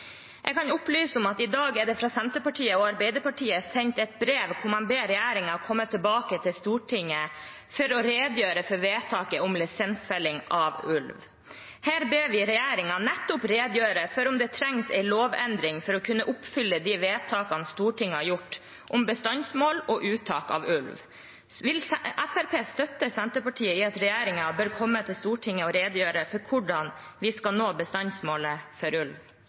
Jeg kan opplyse at i dag er det fra Senterpartiet og Arbeiderpartiet sendt et brev hvor man ber regjeringen komme tilbake til Stortinget for å redegjøre for vedtaket om lisensfelling av ulv. Her ber vi regjeringen nettopp redegjøre for om det trengs en lovendring for å kunne oppfylle de vedtakene Stortinget har gjort om bestandsmål og uttak av ulv. Vil Fremskrittspartiet støtte Senterpartiet i at regjeringen bør komme til Stortinget og redegjøre for hvordan vi skal nå bestandsmålet for ulv?